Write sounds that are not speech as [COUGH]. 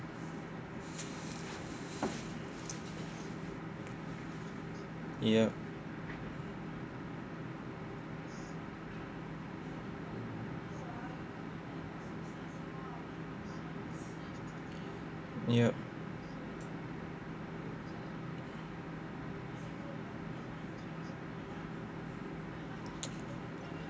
[BREATH] yup yup [NOISE]